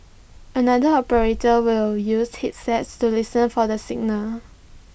another operator will use headsets to listen for the signal